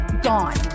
gone